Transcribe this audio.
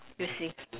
you see